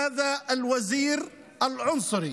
ואינם זקוקים להכרה של השר הגזעני הזה.